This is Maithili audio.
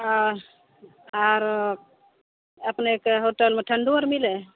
आरो अपनेके होटलमे ठण्डो आर मिलै हइ